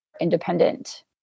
independent